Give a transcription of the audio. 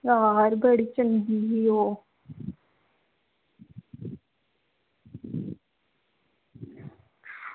यार बड़ी चंगी ही ओह्